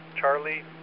Charlie